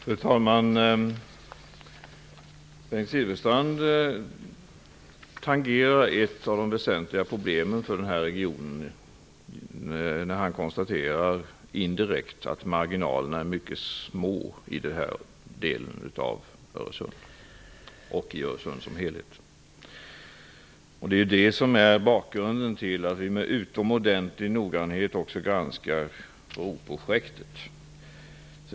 Fru talman! Bengt Silfverstrand tangerar ett av de väsentligaste problemen för den här regionen. Han konstaterar indirekt att marginalerna är mycket små i denna del av Öresund och i Öresund som helhet. Det är ju det som är bakgrunden till att vi med utomordentlig noggrannhet granskar broprojektet.